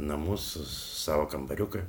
namus savo kambariuką